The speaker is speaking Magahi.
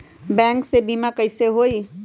बैंक से बिमा कईसे होई?